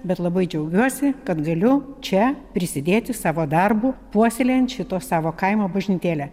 bet labai džiaugiuosi kad galiu čia prisidėti savo darbu puoselėjant šito savo kaimo bažnytėlę